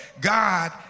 God